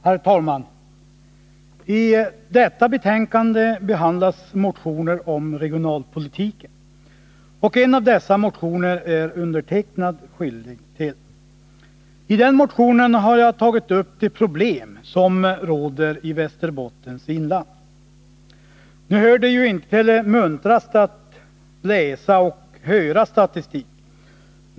Herr talman! I detta betänkande behandlas motioner om regionalpolitiken. En av dessa motioner är jag skyldig till. I den motionen har jag tagit upp de problem som råder i Västerbottens inland. Nu hör det ju inte till det muntraste att läsa och höra statistik.